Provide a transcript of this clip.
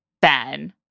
Ben